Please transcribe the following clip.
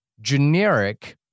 generic